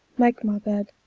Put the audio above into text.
mak' my bed,